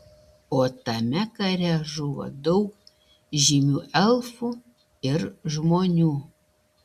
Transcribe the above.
o tame kare žuvo daug žymių elfų ir žmonių